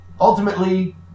Ultimately